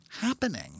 happening